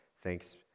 thanks